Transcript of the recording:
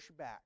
pushback